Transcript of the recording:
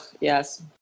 yes